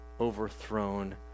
overthrown